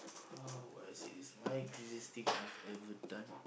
how as it is my craziest thing I've ever done